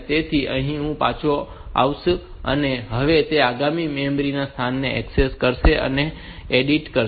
તેથી તે અહીં પાછું આવશે અને હવે તે આગામી મેમરી સ્થાનને ઍક્સેસ કરશે અને તેને એડિટ કરશે